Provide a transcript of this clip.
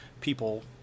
people